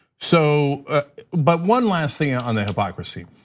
so but one last thing yeah on the hypocrisy.